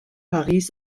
paris